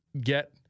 get